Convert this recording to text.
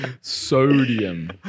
Sodium